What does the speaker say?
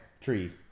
tree